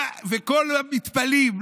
וכולם מתפלאים.